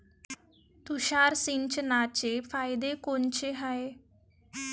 तुषार सिंचनाचे फायदे कोनचे हाये?